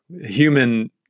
human